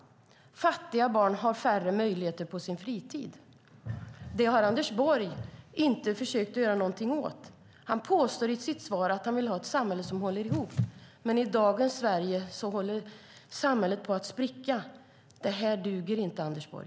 Fattiga barn har färre möjligheter på sin fritid. Det har Anders Borg inte försökt att göra någonting åt. Han påstår i sitt svar att han vill ha ett samhälle som håller ihop, men i dagens Sverige håller samhället på att spricka. Det här duger inte, Anders Borg.